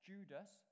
Judas